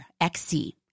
XC